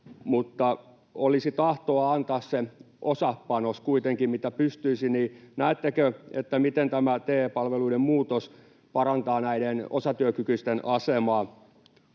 niin olisi tahtoa antaa kuitenkin se osapanos, minkä pystyisi. Näettekö, miten tämä TE-palveluiden muutos parantaa näiden osatyökykyisten asemaa?